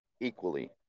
equally